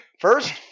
First